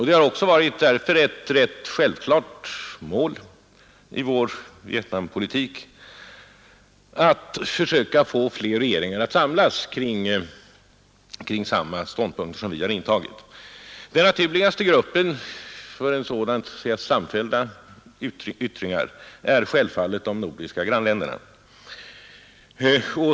Det har därför varit ett självklart mål för vår Vietnampolitik att få fler regeringar att samlas kring den ståndpunkt vi intagit. Den naturligaste gruppen för sådana samfällda yttringar är självfallet de nordiska länderna.